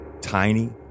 Tiny